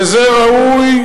וזה ראוי?